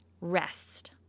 rest